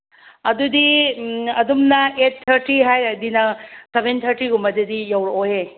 ꯑꯗꯨꯗꯤ ꯑꯗꯨꯝꯅ eight thirty ꯍꯥꯏꯔꯗꯤ ꯅꯪ ꯁꯦꯚꯦꯟ ꯊꯥꯔꯇꯤꯒꯨꯝꯕꯗꯗꯤ ꯌꯧꯔꯛꯑꯣꯍꯦ